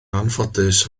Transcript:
anffodus